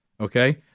okay